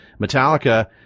Metallica